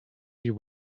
you